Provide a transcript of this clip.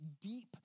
deep